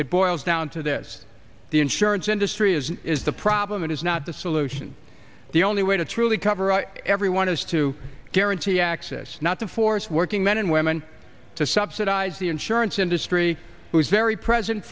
it boils down to this the insurance industry is the problem it is not the solution the only way to truly cover everyone is to guarantee access not to force working men and women to subsidize the insurance industry was very present